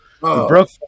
broke